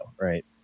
right